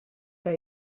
que